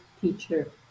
teacher